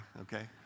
Okay